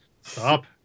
Stop